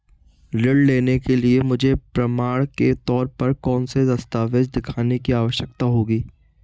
ऋृण लेने के लिए मुझे प्रमाण के तौर पर कौनसे दस्तावेज़ दिखाने की आवश्कता होगी?